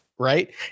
right